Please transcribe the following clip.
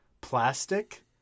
plastic